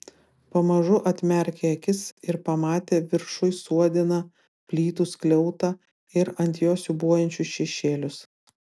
pamažu atmerkė akis ir pamatė viršuj suodiną plytų skliautą ir ant jo siūbuojančius šešėlius